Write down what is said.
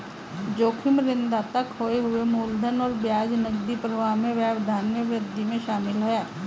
जोखिम ऋणदाता खोए हुए मूलधन और ब्याज नकदी प्रवाह में व्यवधान में वृद्धि शामिल है